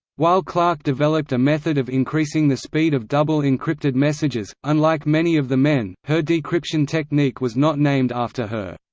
while clarke developed a method of increasing the speed of double-encrypted messages, unlike many of the men, her decryption technique was not named after her.